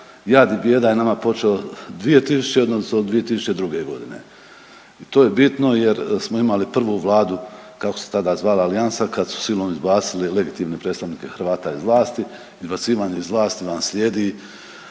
jad i bijeda je nama počeo 2000. odnosno 2002. godine i to je bitno jer smo imali prvu vladu kako se tada zvala, alijansa, kad su silom izbacili legitimne predstavnike Hrvata iz vlasti, izbacivanje iz vlasti vam slijedi